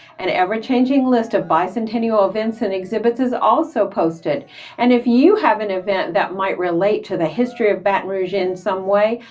an ever-changing list of bicentennial events and exhibits is also posted and if you have an event that might relate to the history of baton rouge in some way,